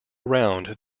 around